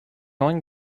going